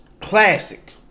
Classic